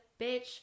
Bitch